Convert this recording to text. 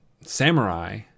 Samurai